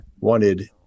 wanted